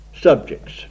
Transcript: subjects